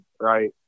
right